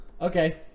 Okay